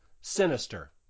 Sinister